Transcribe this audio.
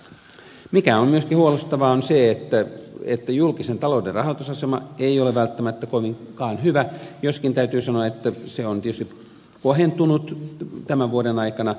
se mikä on myöskin huolestuttavaa on se että julkisen talouden rahoitusasema ei ole välttämättä kovinkaan hyvä joskin täytyy sanoa että se on tietysti kohentunut tämän vuoden aikana